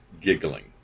giggling